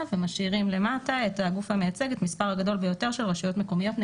ומשאירים למטה את הגוף המייצג את המספר הגדול ביותר של רשויות מקומיות.